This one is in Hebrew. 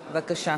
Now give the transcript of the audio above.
בבקשה,